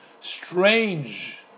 strange